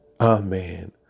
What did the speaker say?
Amen